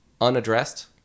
unaddressed